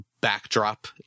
backdrop